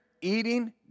eating